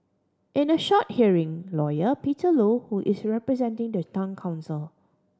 in a short hearing Lawyer Peter Low who is representing the Town Council